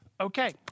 Okay